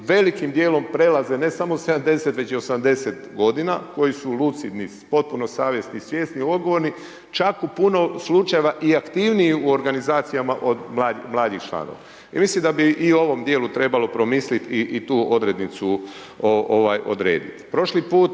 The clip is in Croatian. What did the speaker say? velikim dijelom prelaze ne samo 70 već i 80 godina, koji su lucidni, potpuno savjesni i svjesni, odgovorni, čak u puno slučajeva i aktivniji u organizacijama od mlađih članova. Ja mislim da bi i u ovom dijelu trebalo promisliti i tu odrednicu odrediti. Prošli put